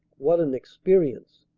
what an experience!